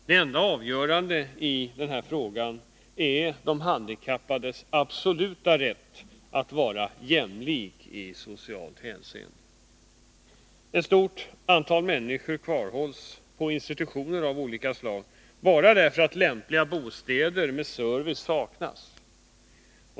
Det enda avgörande i denna fråga är de handikappades absoluta rätt att vara jämlika i socialt hänseende. Ett stort antal människor kvarhålls på institutioner av olika slag bara därför att lämpliga bostäder med service saknas.